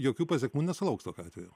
jokių pasekmių nesulauks tokiu atveju